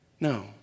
No